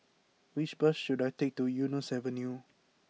which bus should I take to Eunos Avenue